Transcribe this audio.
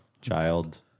Child